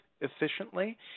efficiently